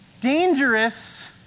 Dangerous